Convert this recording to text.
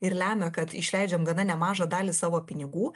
ir lemia kad išleidžiam gana nemažą dalį savo pinigų